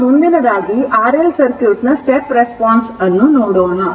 ಈಗ ಮುಂದಿನದಾಗಿ RL circuit ನ step response ಅನ್ನು ನೋಡೋಣ